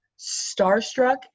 starstruck